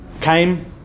came